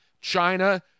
China